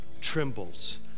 trembles